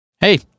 Hey